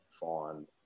find